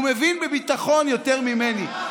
הוא מבין בביטחון יותר ממני,